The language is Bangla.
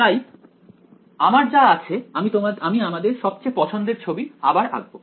তাই আমার যা আছে আমি আমাদের সবচেয়ে পছন্দের ছবি আবার আঁকবো